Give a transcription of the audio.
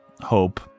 hope